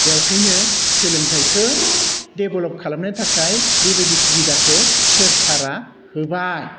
बेखायनो सोलोंथाइखौ डेभेलप खालामनो थाखाय बेबादि सुबिदाखौ सोरकारा होबाय